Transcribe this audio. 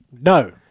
no